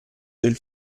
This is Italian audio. del